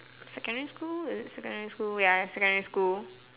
secondary school is it secondary school wait ah is secondary school